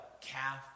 calf